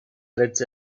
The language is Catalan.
drets